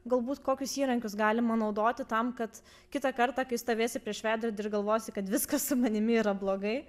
galbūt kokius įrankius galima naudoti tam kad kitą kartą kai stovėsi prieš veidrodį ir galvosi kad viskas su manimi yra blogai